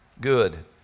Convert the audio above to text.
good